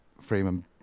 Freeman